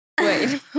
wait